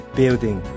building